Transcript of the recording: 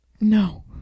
No